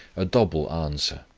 a double answer.